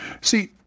See